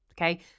okay